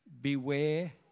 Beware